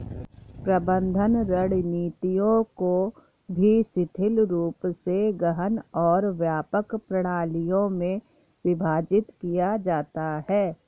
प्रबंधन रणनीतियों को भी शिथिल रूप से गहन और व्यापक प्रणालियों में विभाजित किया जाता है